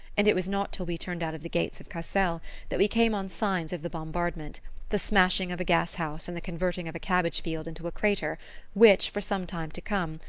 and it was not till we turned out of the gates of cassel that we came on signs of the bombardment the smashing of a gas-house and the converting of a cabbage-field into a crater which, for some time to come,